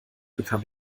bekam